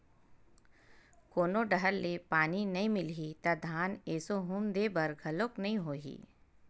कोनो डहर ले पानी नइ मिलही त धान एसो हुम दे बर घलोक नइ होही